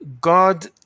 God